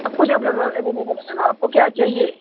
सब कुछ है अपने पास आपको क्या चाहिये